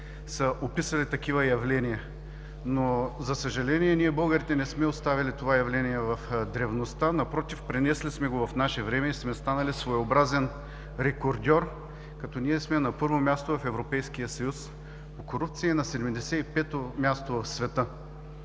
са описали такива явления. За съжаление, българите не сме оставили това явление в древността. Напротив, пренесли сме го в наше време и сме станали своеобразен рекордьор, като ние сме на първо място в Европейския съюз по корупция и на 75 място в света,